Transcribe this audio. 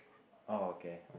oh okay